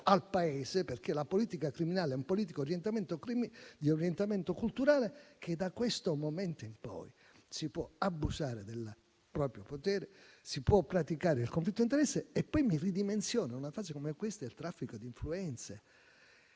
al Paese, perché la politica criminale è una politica di orientamento culturale, che da questo momento in poi si può abusare del proprio potere, si può praticare il conflitto di interesse e poi ridimensiona, in una fase come questa, il traffico di influenze.